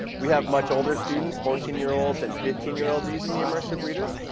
we have much older students, fourteen year olds and fifteen year olds using the immersive reader.